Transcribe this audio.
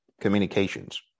communications